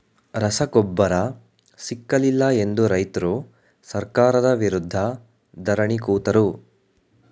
ರಸಗೊಬ್ಬರ ಸಿಕ್ಕಲಿಲ್ಲ ಎಂದು ರೈತ್ರು ಸರ್ಕಾರದ ವಿರುದ್ಧ ಧರಣಿ ಕೂತರು